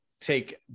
take